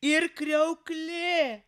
ir kriauklė